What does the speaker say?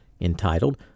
entitled